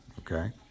okay